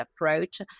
approach